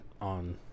on